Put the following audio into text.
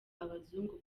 abazungu